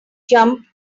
jump